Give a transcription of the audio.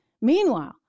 Meanwhile